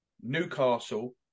Newcastle